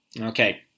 Okay